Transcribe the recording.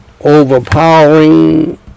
overpowering